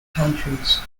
countries